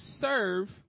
serve